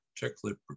particularly